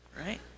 right